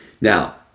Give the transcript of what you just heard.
Now